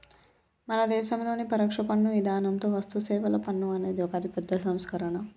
మన దేసంలోని పరొక్ష పన్ను ఇధానంతో వస్తుసేవల పన్ను అనేది ఒక అతిపెద్ద సంస్కరణ